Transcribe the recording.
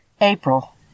April